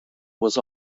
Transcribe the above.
was